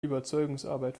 überzeugungsarbeit